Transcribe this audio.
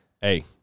hey